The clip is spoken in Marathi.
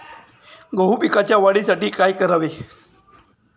गहू पिकाच्या वाढीसाठी काय करावे?